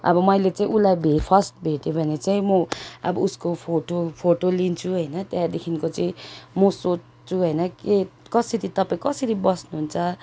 अब मैले चाहिँ उसलाई भे फर्स्ट भेटेँ भने चाहिँ म अब उस्को फोटो फोटो लिन्छु होइन त्यहाँदेखिको चाहिँ म सोध्छु होइन के कसरी तपाईँ कसरी बस्नुहुन्छ